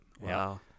Wow